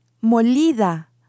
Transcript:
molida